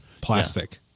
plastic